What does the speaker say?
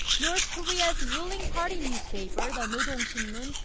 north korea's ruling party newspaper, the and rodong sinmun,